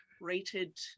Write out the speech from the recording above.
Rated